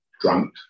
drunk